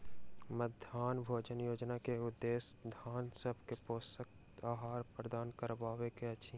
मध्याह्न भोजन योजना के उदेश्य छात्र सभ के पौष्टिक आहार प्रदान करबाक अछि